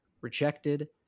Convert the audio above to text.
Rejected